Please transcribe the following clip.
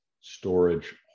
storage